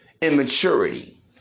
immaturity